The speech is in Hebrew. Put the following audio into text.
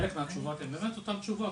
חלק מהתשובות הן באמת אותן תשובות,